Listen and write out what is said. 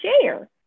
share